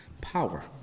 Power